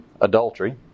adultery